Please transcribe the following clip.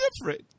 different